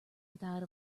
without